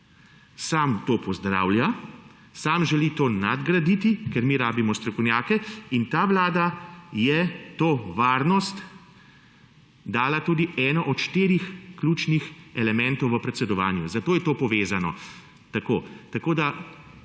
Sam to pozdravlja, sam želi to nadgraditi, ker mi rabimo strokovnjake. In ta Vlada je to varnost dala tudi eno od štirih ključnih elementov v predsedovanju, zato je to povezano.